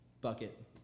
bucket